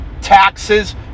taxes